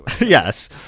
Yes